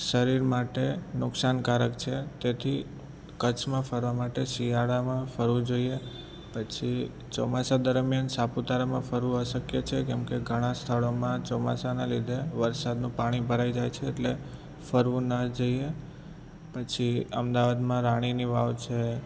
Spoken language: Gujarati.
શરીર માટે નુકસાનકારક છે તેથી કચ્છમાં ફરવા માટે શિયાળામાં ફરવું જોઈએ પછી ચોમાસા દરમ્યાન સાપુતારામાં ફરવું અશક્ય છે કેમ કે ઘણા સ્થળોમાં ચોમાસાના લીધે વરસાદનું પાણી ભરાઈ જાય છે એટલે ફરવું ન જોઈએ પછી અમદાવાદમાં રાણીની વાવ છે